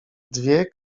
dwie